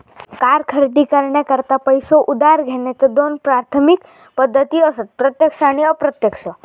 car खरेदी करण्याकरता पैसो उधार घेण्याच्या दोन प्राथमिक पद्धती असत प्रत्यक्ष आणि अप्रत्यक्ष